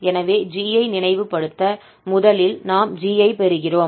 எனவே 𝑔 ஐ நினைவுபடுத்த முதலில் நாம் 𝑔 ஐப் பெறுகிறோம்